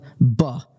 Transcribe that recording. ba